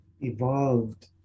evolved